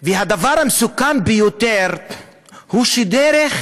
והדבר המסוכן ביותר הוא שדרך